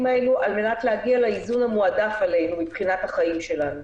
האלו על מנת להגיע לאיזון המועדף עלינו מבחינת החיים שלנו.